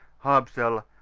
habsal,